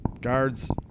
guards